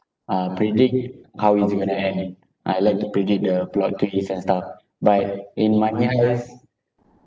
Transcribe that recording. uh predict how is it going to end I like to predict the plot twist and stuff but in money heist